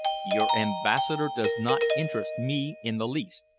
your ambassador does not interest me in the least.